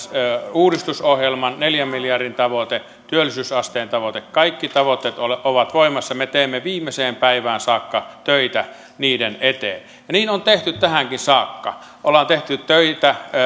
uudistusohjelman neljän miljardin tavoite työllisyysasteen tavoite kaikki tavoitteet ovat voimassa me teemme viimeiseen päivään saakka töitä niiden eteen ja niin on tehty tähänkin saakka olemme tehneet töitä